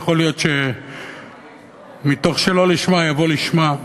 יכול להיות שמתוך שלא לשמה יבוא לשמה,